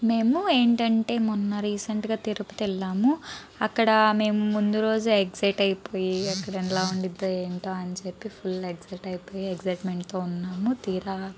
మేము ఏంటంటే మొన్న రీసెంట్గా తిరుపతెళ్లాము అక్కడ మేము ముందు రోజు ఎక్సైట్ అయిపోయి అక్కడ ఎలా ఉంటుందో ఎంతో అని చెప్పి ఫుల్లు ఎక్సైట్ అయిపోయి ఎక్సైట్మెంట్తో ఉన్నాము తీరా